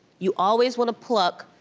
you always want to pluck